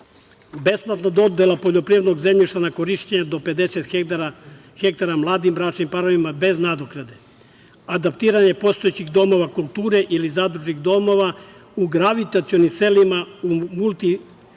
besplatna dodela poljoprivrednog zemljišta na korišćenje do 50 hektara mladim bračnim parovima, bez nadoknade. Zatim, adaptiranje postojećih domova kulture ili zadružnih domova u gravitacionim selima u multifunkcionalne